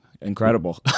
Incredible